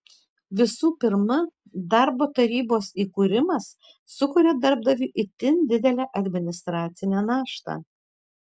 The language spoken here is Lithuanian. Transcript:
visų pirma darbo tarybos įkūrimas sukuria darbdaviui itin didelę administracinę naštą